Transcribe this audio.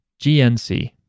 GNC